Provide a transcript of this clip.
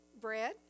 bread